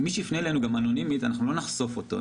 מי שיפנה אלינו אנונימית אנחנו לא נחשוף אותו,